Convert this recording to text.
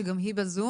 שגם היא בזום.